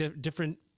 different